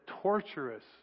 torturous